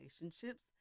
relationships